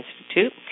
Institute